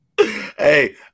Hey